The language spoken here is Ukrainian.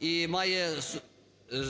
і має